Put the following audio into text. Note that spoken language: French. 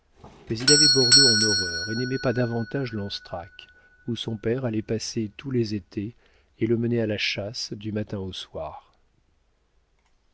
mais il avait bordeaux en horreur et n'aimait pas davantage lanstrac où son père allait passer tous les étés et le menait à la chasse du matin au soir